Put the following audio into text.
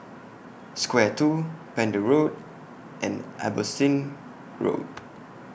Square two Pender Road and Abbotsingh Road